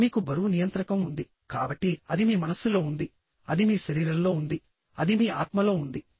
ఆపై మీకు బరువు నియంత్రకం ఉంది కాబట్టి అది మీ మనస్సులో ఉంది అది మీ శరీరంలో ఉంది అది మీ ఆత్మలో ఉంది